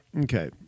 Okay